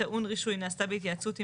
כטעון רישוי נעשתה בהתייעצות איתו,